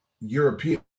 European